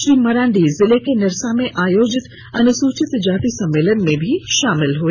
श्री मरांडी जिले के निरसा में आयोजित अनुसूचित जाति सम्मेलन में भी शामिल हुए